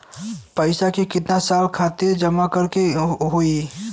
पैसा के कितना साल खातिर जमा करे के होइ?